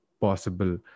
possible